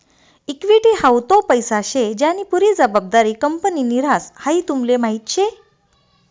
equity हाऊ तो पैसा शे ज्यानी पुरी जबाबदारी कंपनीनि ह्रास, हाई तुमले माहीत शे